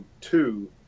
two